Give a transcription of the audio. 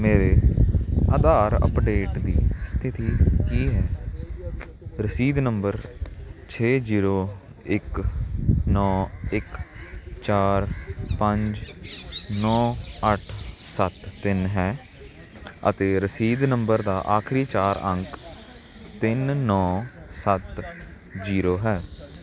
ਮੇਰੇ ਆਧਾਰ ਅੱਪਡੇਟ ਦੀ ਸਥਿਤੀ ਕੀ ਹੈ ਰਸੀਦ ਨੰਬਰ ਛੇ ਜੀਰੋ ਇੱਕ ਨੌਂ ਇੱਕ ਚਾਰ ਪੰਜ ਨੌਂ ਅੱਠ ਸੱਤ ਤਿੰਨ ਹੈ ਅਤੇ ਰਸੀਦ ਨੰਬਰ ਦਾ ਆਖਰੀ ਚਾਰ ਅੰਕ ਤਿੰਨ ਨੌਂ ਸੱਤ ਜੀਰੋ ਹੈ